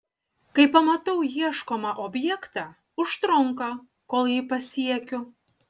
kai pamatau ieškomą objektą užtrunka kol jį pasiekiu